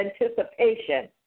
anticipation